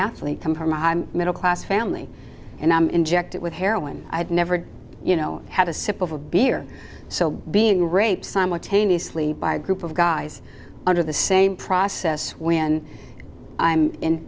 athlete come from a middle class family and i'm injected with heroin i've never you know had a sip of a beer so being raped simultaneously by a group of guys under the same process when i'm in